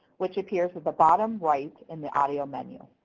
which appears at the bottom right in the audio menu.